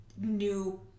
new